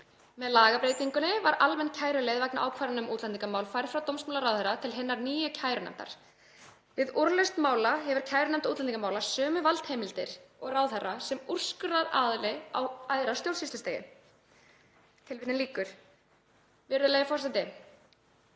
Með lagabreytingunni var almenn kæruleið vegna ákvarðana um útlendingamál færð frá dómsmálaráðherra til hinnar nýju kærunefndar. Við úrlausn mála hefur kærunefnd útlendingamála sömu valdheimildir og ráðherra sem úrskurðaraðili á æðra stjórnsýslustigi.“ Virðulegi forseti.